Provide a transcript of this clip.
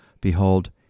behold